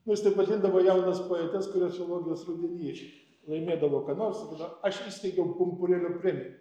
nu jis taip vadindavo jaunas poetes kurios filologijos rudeny laimėdavo ką nors ir tada aš įsteigiau pumpurėlio premiją